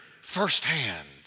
firsthand